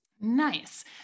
Nice